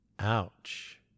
Ouch